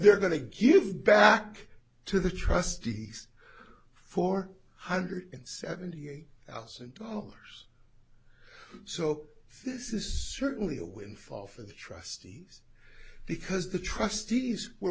they're going to give back to the trustees four hundred seventy eight thousand dollars so this is certainly a windfall for the trustees because the trustees were